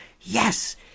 yes